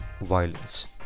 violence